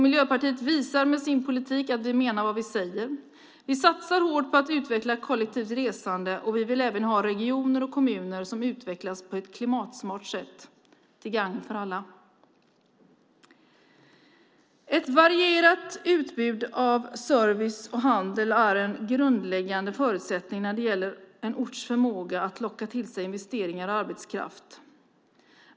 Miljöpartiet visar med sin politik att vi menar vad vi säger. Vi satsar hårt på att utveckla kollektivt resande, och vi vill även ha regioner och kommuner som utvecklas på ett klimatsmart sätt till gagn för alla. Ett varierat utbud av service och handel är en grundläggande förutsättning när det gäller en orts förmåga att locka till sig investeringar och arbetskraft.